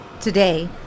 Today